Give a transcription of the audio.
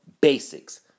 basics